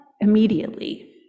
immediately